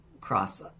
cross